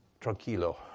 Tranquilo